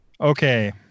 Okay